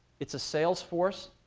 it's a sales force,